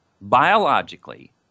biologically